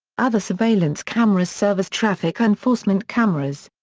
other surveillance cameras serve as traffic enforcement cameras.